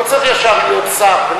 לא צריך ישר להיות שר.